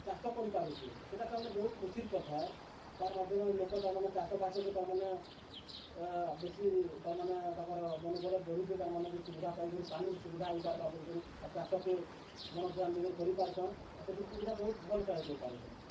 ଚାଷ କରିପାରୁଛେ ସେଟା ତାର୍ମାନେ ବହୁତ୍ ଖୁସିର୍ କଥା ତାର୍ ମାଧ୍ୟମରେ ଲୋକ ତାର୍ମାନେ ଚାଷ ବାସକେ ତାର୍ମାନେ ବେଶୀ ତାର୍ମାନେ ତାଙ୍କର ମନୋବଲ ବଢ଼ିଛେ ତାର୍ମାନେ ସୁବିଧା ପାଇକରି ପାନୀର୍ ସୁବିଧା ହେଇପାର୍ବା ବୋଲି ଆର୍ ଚାଷ୍କେ ମନ ଧ୍ୟାନ ଦେଇକରି କରିପାରୁଛନ୍ ଆର୍ ସେଥିରୁ ସୁବିଧା ବହୁତ୍ ଭଲ୍ ପାଇପାରୁଛନ୍